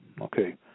okay